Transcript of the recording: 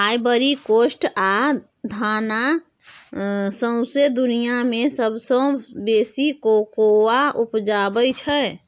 Ivory Coast आ Ghana सौंसे दुनियाँ मे सबसँ बेसी कोकोआ उपजाबै छै